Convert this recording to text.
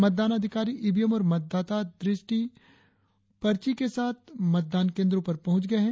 मतदान अधिकारी इवीएम और मतदाता दृष्टि पर्ची के साथ मतदान केंद्रों पर पहुंच गए हैं